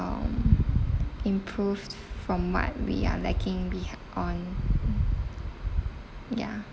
um improve from what we are lacking behi~ on mm ya